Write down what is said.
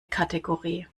kategorie